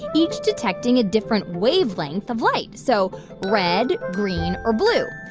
each detecting a different wavelength of light so red, green or blue.